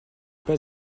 pas